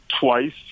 twice